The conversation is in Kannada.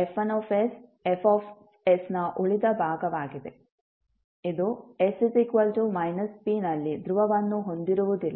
F1s Fs ನ ಉಳಿದ ಭಾಗವಾಗಿದೆ ಇದು s −p ನಲ್ಲಿ ಧ್ರುವವನ್ನು ಹೊಂದಿರುವುದಿಲ್ಲ